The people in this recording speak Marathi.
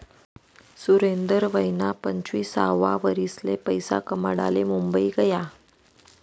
सुरेंदर वयना पंचवीससावा वरीसले पैसा कमाडाले मुंबई गया